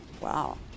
wow